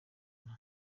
bana